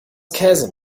käse